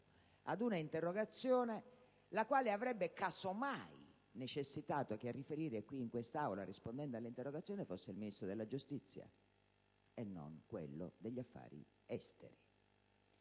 ad un'interrogazione la quale avrebbe, casomai, necessitato che a riferire qui in questa Aula, rispondendo all'interrogazione, fosse il Ministro della giustizia e non quello degli affari esteri.